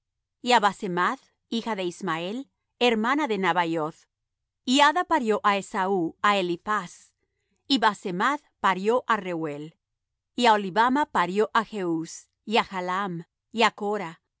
á basemath hija de ismael hermana de navaioth y ada parió á esaú á eliphaz y basemath parió á reuel y aholibama parió á jeús y á jaalam y á